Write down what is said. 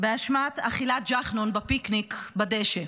באשמת אכילת ג'חנון בפיקניק בדשא.